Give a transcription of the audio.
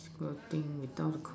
working without a